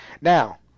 Now